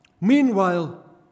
Meanwhile